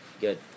Good